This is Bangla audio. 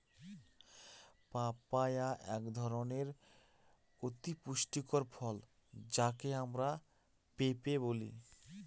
পাপায়া একধরনের অতি পুষ্টিকর ফল যাকে আমরা পেঁপে বলি